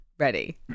Ready